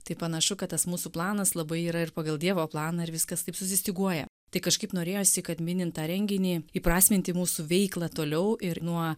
tai panašu kad tas mūsų planas labai yra ir pagal dievo planą ir viskas taip susistyguoja tai kažkaip norėjosi kad minint tą renginį įprasminti mūsų veiklą toliau ir nuo